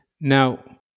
now